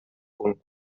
punt